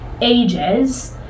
ages